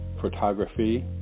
photography